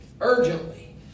urgently